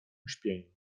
uśpieniu